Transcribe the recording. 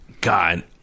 God